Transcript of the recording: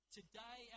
today